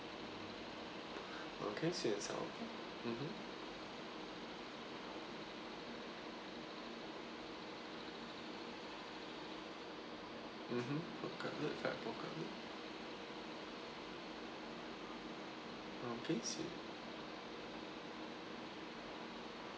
okay sweet and sour mmhmm mmhmm pork cutlet alright pork cutlet okay sweet